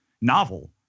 Novel